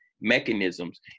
mechanisms